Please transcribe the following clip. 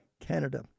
Canada